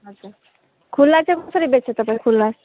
हजुर खुला चाहिँ कसरी बेच्छ तपाईँ खुला